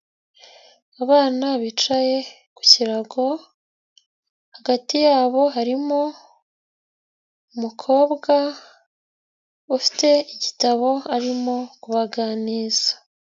Abana bicaye ku kirago hagati yabo harimo umukobwa ufite igitabo arimo kubaganiriza.